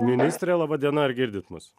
ministre laba diena ar girdit mus